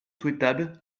souhaitable